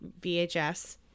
VHS